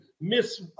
miss